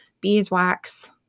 beeswax